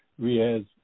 Riaz